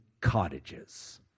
cottages